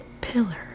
pillar